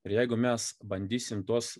ir jeigu mes bandysim tuos